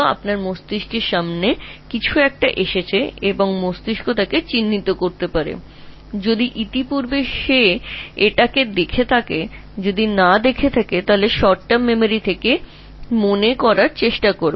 যদি তাৎক্ষণিক কিছু উপস্থাপন করা হয় তবে তোমার মস্তিষ্ক তা চিনতে পারে যদি এটি ইতিমধ্যে দেখা থাকে তবে যদি এটি না দেখা যায় তবে এটি স্বল্পমেয়াদী স্মৃতিতে মনে রাখার চেষ্টা করবে